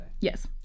Yes